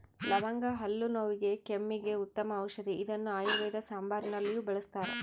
ಲವಂಗ ಹಲ್ಲು ನೋವಿಗೆ ಕೆಮ್ಮಿಗೆ ಉತ್ತಮ ಔಷದಿ ಇದನ್ನು ಆಯುರ್ವೇದ ಸಾಂಬಾರುನಲ್ಲಿಯೂ ಬಳಸ್ತಾರ